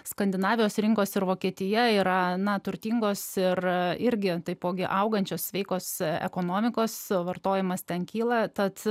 skandinavijos rinkos ir vokietija yra gana turtingos ir irgi taipogi augančios sveikos ekonomikos suvartojimas ten kyla tad